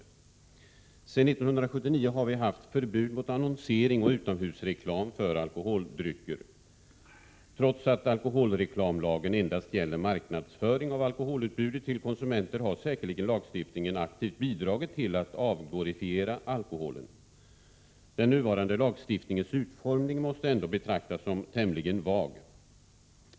Sedan 1979 har vi haft förbud mot annonsering och utomhusreklam för alkoholdrycker. Trots att alkoholreklamlagen endast gäller marknadsföring av alkoholutbudet till konsumenter har säkerligen lagstiftningen aktivt bidragit till att avglorifiera alkoholen. Den nuvarande lagstiftningens utformning måste ändå betraktas som tämligen vag.